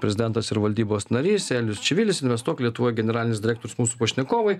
prezidentas ir valdybos narys elijus čivilis investuok lietuvoje generalinis direktorius mūsų pašnekovai